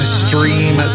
stream